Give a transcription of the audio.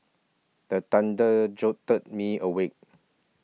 the thunder jolt me awake